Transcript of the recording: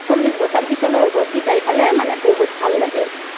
চল্লিছ বছৰ পিছলৈ উভতি যাই পেলাই মানে বহুত ভাল লাগে